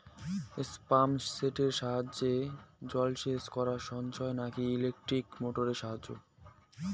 Pump সেটের সাহায্যে জলসেচ করা সাশ্রয় নাকি ইলেকট্রনিক মোটরের সাহায্যে?